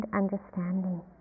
understanding